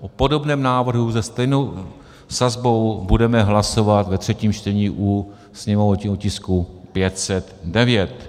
o podobném návrhu se stejnou sazbou budeme hlasovat ve třetím čtení u sněmovního tisku 509.